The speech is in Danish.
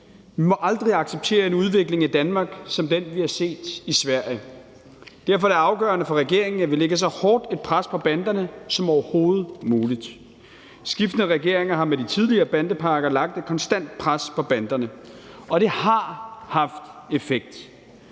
Vi må aldrig acceptere en udvikling i Danmark som den, vi har set i Sverige. Derfor er det afgørende for regeringen, at vi lægger så hårdt et pres på banderne som overhovedet muligt. Skiftende regeringer har med de tidligere bandepakker lagt et konstant pres på banderne, og det har haft effekt,